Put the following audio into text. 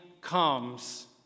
comes